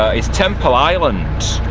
ah is temple island.